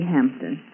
Hampton